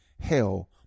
hell